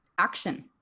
action